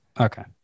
Okay